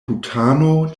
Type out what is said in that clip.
butano